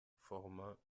formant